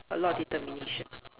a lot of determination